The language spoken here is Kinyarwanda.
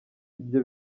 ibyo